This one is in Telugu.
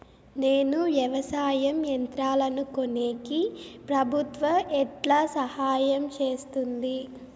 నేను వ్యవసాయం యంత్రాలను కొనేకి ప్రభుత్వ ఎట్లా సహాయం చేస్తుంది?